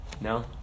no